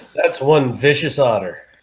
that's one vicious honor